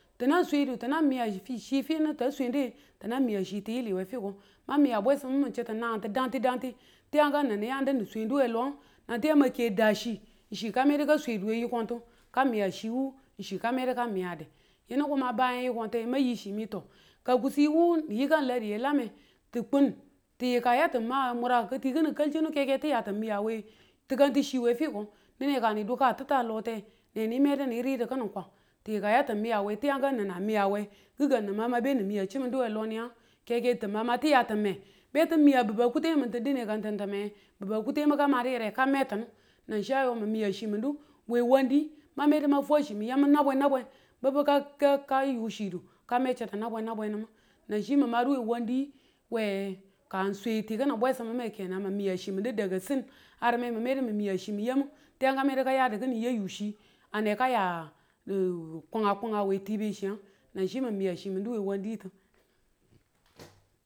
tinang swedi tinang miya finu ta swende tinang miya chi tiyili we fiko, mang miya bwesimu min chitu nangintu dangti dangti tiyangu n nin m yandu nin swendu we yiko tongu ka miya chi wu n chi ka miyade yinu ko ma bange yiko ma yichi mi ka kiswewu min yikan ladi a lame ti kun ti yika yati ma muraki n ti kini kalchinu ke ti miyawe tikan chi we fiko dine ka ni du ka tita lote neni medu ni ridu kini kwang ti yikan yati miyawe tiyangu n nan miyawe kikangu ni ma benin miya chimindu we loni yangu ke ke n tin ma ti ya i time beti miya bibu a kuteng mintin dine ka n tin ti me biba kutengu ka madi yire ka me tinu nang chi a yo min miya chimindu we wandi mang medu mang fwa chimin yamu nabwen nabwen bibu ka ka yu chidu ka me chitu nabwen nabwen nimun nang chi min madu we wandi we swe ti bwesim mome ka n swe sin ar me min miya chi min yamu tiyangu ka madu ka yadu kmi yayu chi aneka ya kanga kanga wu tibe chiyangu nang chi min miya chimindu we wanditu